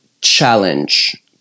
challenge